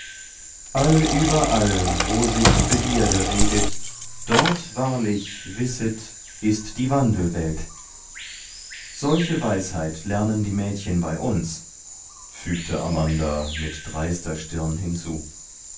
allüberall wo sich begierde reget dort wahrlich wisset ist die wandelwelt solche weisheit lernen die mädchen bei uns fügte amanda mit dreister stirn hinzu